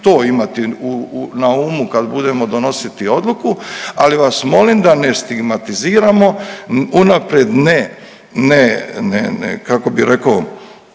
to imati na umu kad budemo donositi odluku. Ali vas molim da ne stigmatiziramo unaprijed ne kako bih rekao